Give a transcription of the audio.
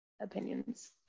opinions